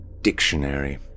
dictionary